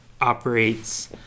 operates